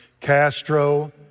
Castro